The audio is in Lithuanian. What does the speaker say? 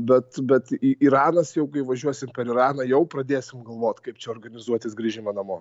bet bet iranas jau kai važiuosim per iraną jau pradėsim galvot kaip čia organizuotis grįžimą namo